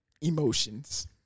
emotions